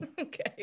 Okay